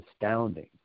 astounding